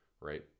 right